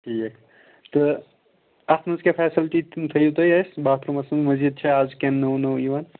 ٹھیٖک تہٕ اَتھ منٛز کیٛاہ فیسلٹی تھٲیِو تُہۍ اَسہِ باتھ روٗمَس منٛز مٔزیٖد چھا آز کیٚنٛہہ نوٚو نوٚو یِوان